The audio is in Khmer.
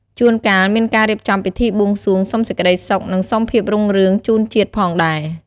ជួនកាលមានការរៀបចំពិធីបួងសួងសុំសេចក្តីសុខ និងសុំភាពរុងរឿងជូនជាតិផងដែរ។